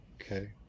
Okay